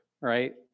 right